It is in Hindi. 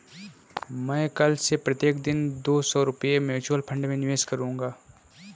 मैं कल से प्रत्येक दिन दो सौ रुपए म्यूचुअल फ़ंड में निवेश करूंगा